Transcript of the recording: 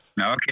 Okay